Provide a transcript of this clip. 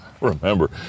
remember